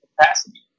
capacity